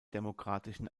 demokratischen